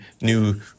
new